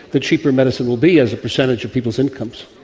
the cheaper medicine will be as a percentage of people's incomes.